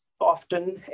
often